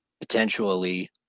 potentially